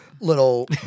little